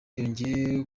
yongeye